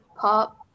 pop